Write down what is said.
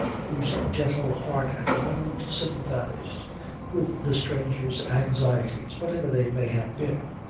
whose gentle heart at the moment sympathized with the stranger's anxieties, whatever they may have been,